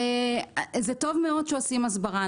טוב מאוד שעושים הסברה,